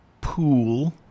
Pool